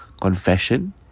Confession